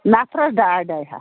نَفرَس ڈاے ڈَاے ہَتھ